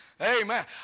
Amen